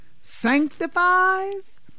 sanctifies